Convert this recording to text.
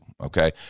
okay